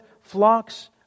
flocks